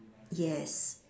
yes